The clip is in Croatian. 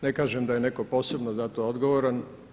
Ne kažem da je neko posebno za to odgovoran.